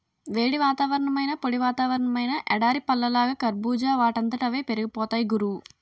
వేడి వాతావరణమైనా, పొడి వాతావరణమైనా ఎడారి పళ్ళలాగా కర్బూజా వాటంతట అవే పెరిగిపోతాయ్ గురూ